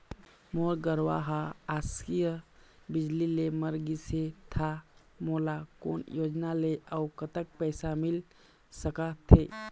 मोर गरवा हा आकसीय बिजली ले मर गिस हे था मोला कोन योजना ले अऊ कतक पैसा मिल सका थे?